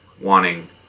wanting